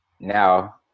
now